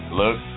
look